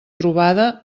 trobada